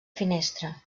finestra